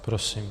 Prosím.